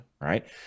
Right